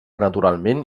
naturalment